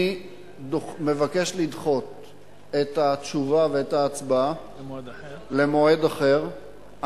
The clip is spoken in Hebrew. אני מבקש לדחות את התשובה ואת ההצבעה למועד אחד.